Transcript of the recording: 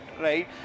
right